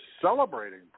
celebrating